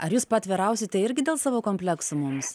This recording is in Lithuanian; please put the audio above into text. ar jūs paatvirausite irgi dėl savo kompleksų mums